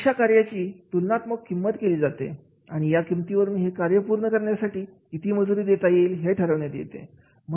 अशा कार्याची तुलनात्मक किंमत केली जाते आणि या किमतीवरून हे कार्य पूर्ण करण्यासाठी किती मंजुरी देता येईल हे ठरविण्यात येते